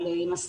המנכ"ל,